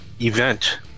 event